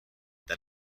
that